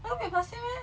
well because